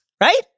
right